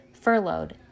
furloughed